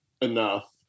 enough